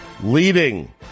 Leading